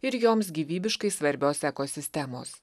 ir joms gyvybiškai svarbios ekosistemos